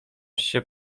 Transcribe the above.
się